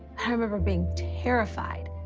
i remember being terrified.